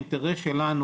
האינטרס שלנו,